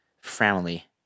family